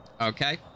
Okay